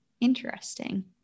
Interesting